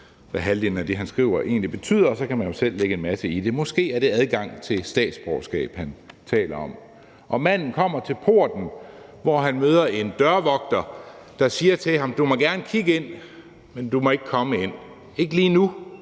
hvad halvdelen af det, han skriver, egentlig betyder, og så kan man jo selv lægge en masse i det. Måske er det adgang til statsborgerskab, han taler om. Men manden kommer til porten, hvor han møder en dørvogter, der siger til ham: Du må gerne kigge ind, men du må ikke komme ind, ikke lige nu.